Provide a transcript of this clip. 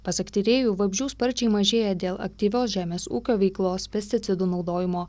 pasak tyrėjų vabzdžių sparčiai mažėja dėl aktyvios žemės ūkio veiklos pesticidų naudojimo